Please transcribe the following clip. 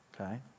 Okay